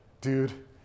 dude